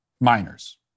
minors